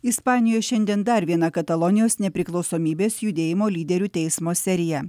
ispanijoj šiandien dar viena katalonijos nepriklausomybės judėjimo lyderių teismo serija